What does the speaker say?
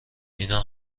اینا